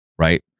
Right